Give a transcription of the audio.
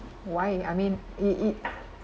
why I mean it it